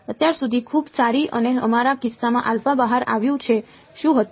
અત્યાર સુધી ખૂબ સારી અને અમારા કિસ્સામાં બહાર આવ્યું છે શું હતું